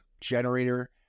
generator